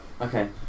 Okay